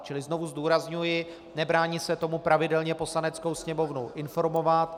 Čili znovu zdůrazňuji, nebráním se tomu pravidelně Poslaneckou sněmovnu informovat.